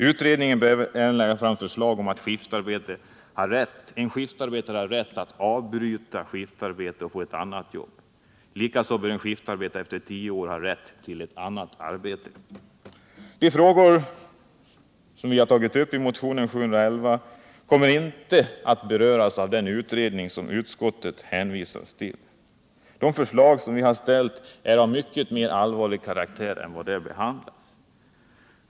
Utredningen bör även lägga fram förslag om att skiftarbetare har rätt att avbryta sitt skiftarbete och få ett annat jobb. Likaså bör en skiftarbetere efter 10 år ha rätt till ett annat arbete. De frågor som togs upp i motionen 711 kommer inte att beröras av den utredning som utskottet hänvisat till. De förslag vi framlagt är mycket allvarligare än man visat vid behandlingen av dem.